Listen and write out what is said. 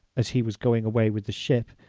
as he was going away with the ship,